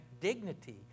dignity